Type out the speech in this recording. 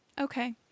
Okay